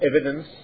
evidence